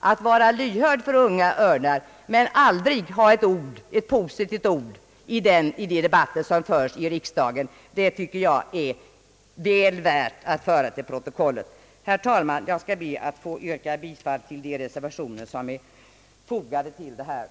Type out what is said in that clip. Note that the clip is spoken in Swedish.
Han var lyhörd för Unga örnar, men han har aldrig sagt ett positivt ord i de familjedebatter som förts i riksdagen. Det tycker jag är väl värt att föra till protokollet. Herr talman! Jag ber att få yrka bifall till de reservationer som är fogade till denna punkt.